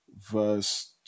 verse